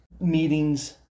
meetings